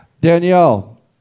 Danielle